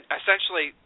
essentially